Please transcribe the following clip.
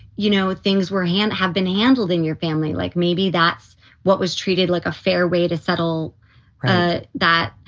you know, things were hand have been handled in your family, like maybe that's what was treated like a fair way to settle that.